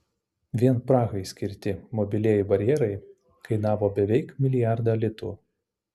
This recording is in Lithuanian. vien prahai skirti mobilieji barjerai kainavo beveik milijardą litų